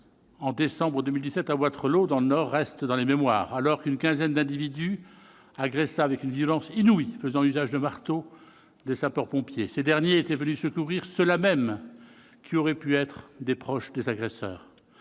en décembre 2017 à Wattrelos, dans le Nord, reste dans les mémoires. Une quinzaine d'individus agressèrent avec une violence inouïe, à l'aide de marteaux, des sapeurs-pompiers. Ces derniers étaient venus secourir ceux-là mêmes qui auraient pu être des proches des agresseurs.